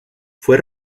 fue